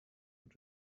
with